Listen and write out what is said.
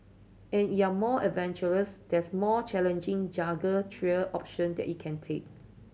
and you're more adventurous there's a more challenging jungle trail option that it can take